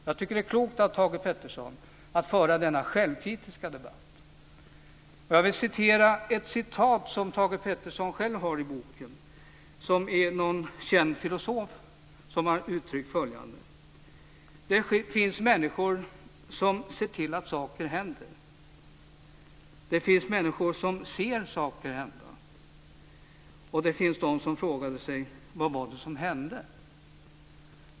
Jag tycker att det är klokt av Thage G. Peterson att föra denna självkritiska debatt. Jag vill också läsa upp ett citat som Thage G. Peterson själv har i boken av en känd filosof, som har uttryckt följande: Det finns människor som ser till att saker händer. Det finns människor som ser saker hända. Och det finns de som frågade sig: Vad var det som hände?